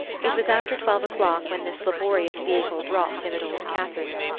it was after twelve o'clock when this laborious vehicle dropped him at old catherine's.